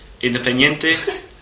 Independiente